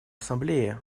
ассамблеи